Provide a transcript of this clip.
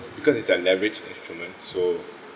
because it's a leverage instrument so